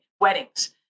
weddings